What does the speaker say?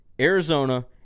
Arizona